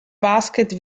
basket